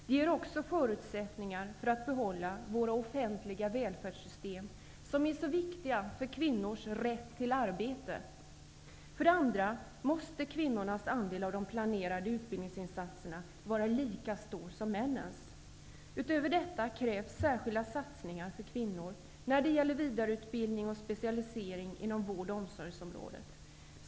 Det ger också förutsättningar för att behålla våra offentliga välfärdssystem, som är så viktiga för kvinnors rätt till arbete. För det andra måste kvinnornas andel av de planerade utbildningsinsatserna vara lika stor som männens. Utöver detta krävs särskilda satsningar för kvinnor när det gäller vidareutbildning och specialisering inom vård och omsorgsområdet.